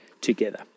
together